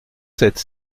sept